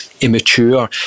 immature